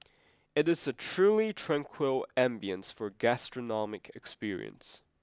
it is a truly tranquil ambience for gastronomic experience